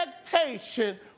expectation